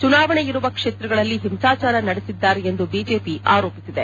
ಚುನಾವಣೆ ಇರುವ ಕ್ಷೇತ್ರಗಳಲ್ಲಿ ಹಿಂಸಾಚಾರ ನಡೆಸಿದ್ದಾರೆ ಎಂದು ಬಿಜೆಪಿ ಆರೋಪಿಸಿದೆ